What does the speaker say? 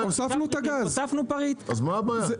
אז מה הבעיה?